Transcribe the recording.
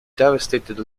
devastated